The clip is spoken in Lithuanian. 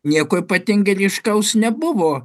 nieko ypatingai ryškaus nebuvo